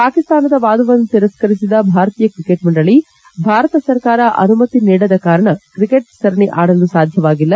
ಪಾಕಿಸ್ತಾನದ ವಾದವನ್ನು ತಿರಸ್ತರಿಸಿದ ಭಾರತೀಯ ಕ್ರಿಕೆಟ್ ಮಂಡಳಿ ಭಾರತ ಸರಕಾರ ಅನುಮತಿ ನೀಡದ ಕಾರಣ ಕ್ರಿಕೆಟ್ ಸರಣಿ ಆಡಲು ಸಾಧ್ಯವಾಗಿಲ್ಲ